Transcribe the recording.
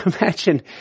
Imagine